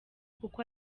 kuko